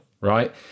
right